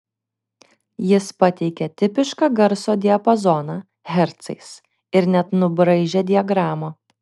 jis pateikė tipišką garso diapazoną hercais ir net nubraižė diagramą